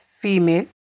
female